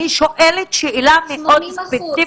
אני שואלת שאלה מאוד ספציפית,